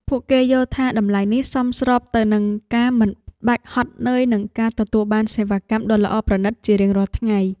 ពួកគេយល់ថាតម្លៃនេះសមស្របទៅនឹងការមិនបាច់ហត់នឿយនិងការទទួលបានសេវាកម្មដ៏ល្អប្រណីតជារៀងរាល់ថ្ងៃ។